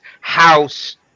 House